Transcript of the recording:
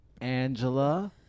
Angela